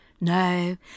No